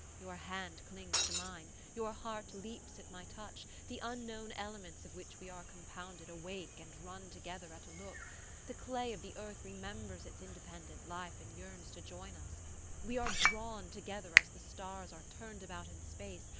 your hand clings to mine, your heart leaps at my touch, the unknown elements of which we are compounded awake and run together at a look the clay of the earth remembers its independent life and yearns to join us we are drawn together as the stars are turned about in space,